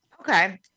Okay